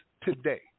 today